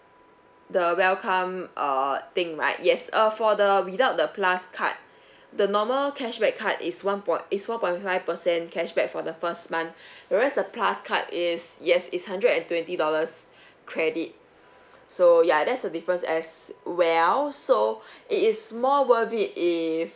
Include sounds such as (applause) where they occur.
the welcome err thing right yes uh for the without the plus card the normal cashback card is one point is four point five percent cashback for the first month (breath) whereas the plus card is yes is hundred and twenty dollars credit so ya that's the difference as well so it is more worth if